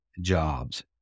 jobs